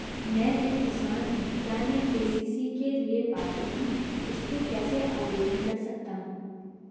मैं एक किसान हूँ क्या मैं के.सी.सी के लिए पात्र हूँ इसको कैसे आवेदन कर सकता हूँ?